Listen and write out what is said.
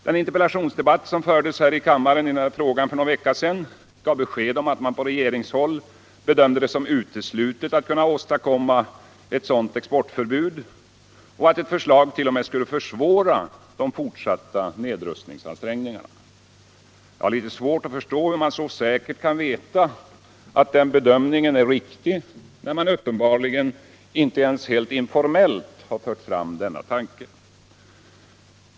Den interpellationsdebatt som fördes här i kammaren i denna fråga för någon vecka sedan gav besked om att man på regeringshåll bedömde det som uteslutet att kunna åstadkomma ett sådant exportförbud och ansåg att ett förslag t.o.m. skulle försvåra de fortsatta nedrustningsansträngningarna. Jag har litet svårt att förstå hur man så säkert kan veta att denna bedömning är riktig, när man uppenbarligen inte ens helt informellt har fört fram denna tanke.